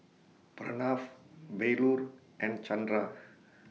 Pranav Bellur and Chandra